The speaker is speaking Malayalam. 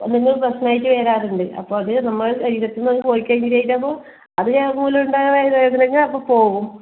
മുമ്പും പ്രശ്നം ആയിട്ട് വരാറുണ്ട് അപ്പോൾ അത് നമ്മളെ ശരീരത്തു നിന്ന് അങ്ങ് പോയി കഴിഞ്ഞ് കഴിഞ്ഞിറ്റാമ്പോ അത് മൂലം ഉണ്ടായ വയറുവേദന ഒക്കെ അപ്പോൾ പോവും